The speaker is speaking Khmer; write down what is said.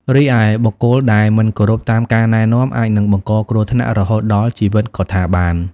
រីឯ បុគ្គលដែលមិនគោរពតាមការណែនាំ អាចនឹងបង្កគ្រោះថ្នាក់រហូតដល់ជីវិតក៏ថាបាន។